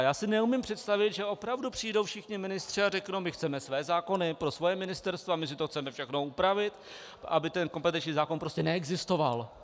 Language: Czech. Já si neumím představit, že opravdu přijdou všichni ministři a řeknou: my chceme své zákony pro svoje ministerstva, my si to chceme všechno upravit, aby ten kompetenční zákon prostě neexistoval.